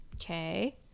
Okay